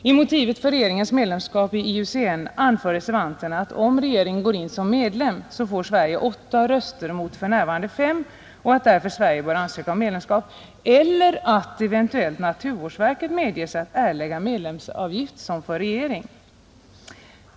I motiveringen för regeringens medlemskap i IUCN anför reservanterna att om regeringen går in som medlem får Sverige åtta röster mot för närvarande fem, och att därför Sverige bör ansöka om medlemskap eller att eventuellt naturvårdsverket medges att erlägga medlemsavgift som för regering.